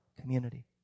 community